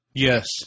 Yes